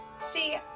See